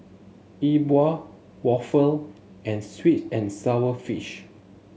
E Bua waffle and sweet and sour fish